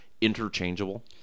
interchangeable